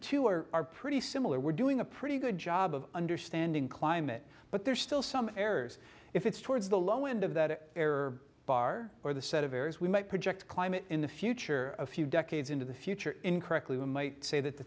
two are are pretty similar we're doing a pretty good job of understanding climate but there's still some errors if it's towards the low end of that error bar or the set of areas we might project climate in the future of a few decades into the future incorrectly we might say that the